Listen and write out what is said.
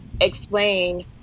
explain